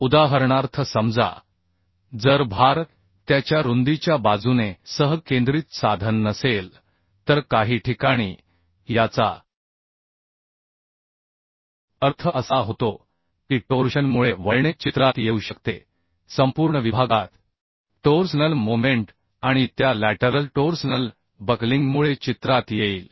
उदाहरणार्थ समजा जर भार त्याच्या रुंदीच्या बाजूने सह केंद्रित साधन नसेल तर काही ठिकाणी याचा अर्थ असा होतो की टोर्शनमुळे वळणे चित्रात येऊ शकते संपूर्ण विभागात टोर्सनल मोमेंट आणि त्या बाजूकडील टोर्सनल बकलिंगमुळे चित्रात येईल